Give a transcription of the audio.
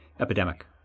epidemic